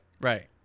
Right